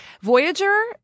Voyager